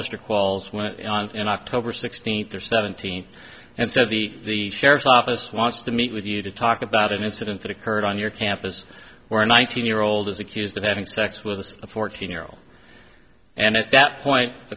when in october sixteenth or seventeenth and said the the sheriff's office wants to meet with you to talk about an incident that occurred on your campus where nineteen year old is accused of having sex with a fourteen year old and at that point